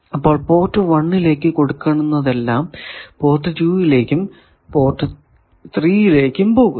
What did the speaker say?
അപ്പോൾ പോർട്ട് 1 ലേക്ക് കൊടുക്കുന്നതെല്ലാം പോർട്ട് 2 ലേക്കും പോർട്ട് 3 യിലേക്കും പോകുന്നു